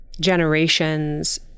generations